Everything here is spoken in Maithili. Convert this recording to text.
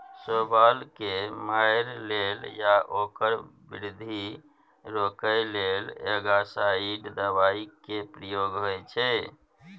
शैबाल केँ मारय लेल या ओकर बृद्धि रोकय लेल एल्गासाइड दबाइ केर प्रयोग होइ छै